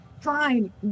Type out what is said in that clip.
Fine